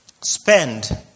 spend